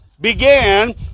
Began